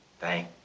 Thank